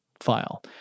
file